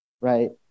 right